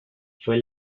fue